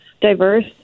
diverse